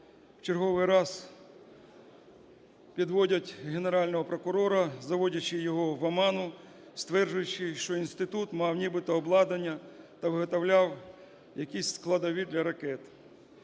в черговий раз підводять Генерального прокурора, заводячи його в оману, стверджуючи, що інститут мав нібито обладнання та виготовляв якісь складові для ракет.